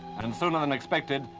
and sooner than expected,